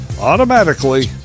automatically